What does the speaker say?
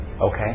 Okay